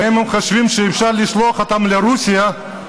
ואם הם חושבים שאפשר לשלוח אותנו לרוסיה,